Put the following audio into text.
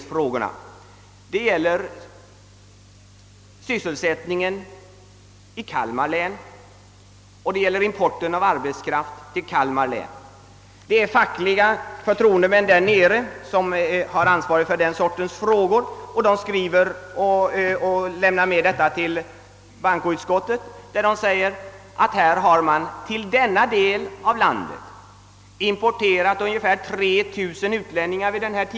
Yttrandet gällde sysselsättningen i och importen av arbetskraft till Kalmar län, Det var de fackliga förtroendemän där, de som är ansvariga för dessa frågor, vilka skrev till bankoutskottet. De skrev, att man vid denna tidpunkt och till denna del av landet importerat ungefär 3000 utlänningar.